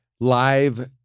live